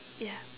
ya